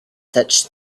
such